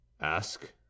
Ask